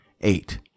eight